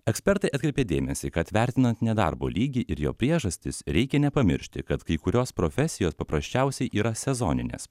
ekspertai atkreipė dėmesį kad vertinant nedarbo lygį ir jo priežastis reikia nepamiršti kad kai kurios profesijos paprasčiausiai yra sezoninės